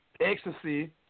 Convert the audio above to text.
Ecstasy